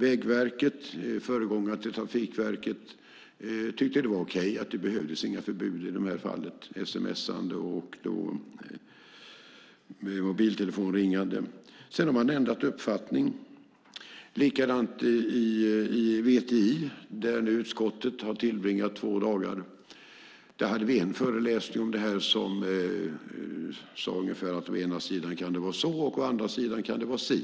Vägverket, föregångare till Trafikverket, tyckte att det var okej att det inte behövdes några förbud när det gäller sms:ande och mobiltelefonringande. Sedan har man ändrat uppfattning. Det är likadant i VTI, där nu utskottet har tillbringat två dagar. Där hade vi en föreläsning om detta där det sades ungefär att det å ena sidan kan vara så, och å andra sidan kan det vara si.